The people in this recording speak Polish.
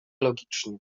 logicznie